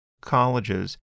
colleges